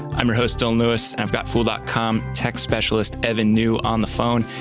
i'm your host, dylan lewis, and i've got fool dot com tech specialist evan niu on the phone.